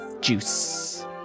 juice